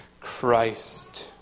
Christ